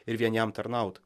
ir vien jam tarnaut